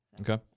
Okay